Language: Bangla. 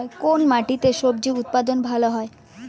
কোন মাটিতে স্বজি উৎপাদন ভালো হয়?